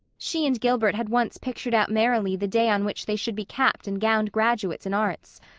she and gilbert had once picturedout merrily the day on which they should be capped and gowned graduates in arts.